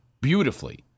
beautifully